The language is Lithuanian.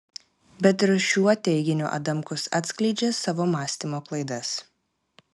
bet ir šiuo teiginiu adamkus atskleidžia savo mąstymo klaidas